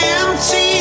empty